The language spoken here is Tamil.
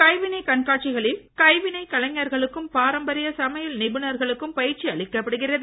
கைவினைக் கண்காட்சிகளில் அமைச்சகம் கைவினைக் கலைஞர்களுக்கும் பாரம்பரிய சமையல் நிபுணர்களுக்கும் பயிற்சி அளிக்கப்படுகிறது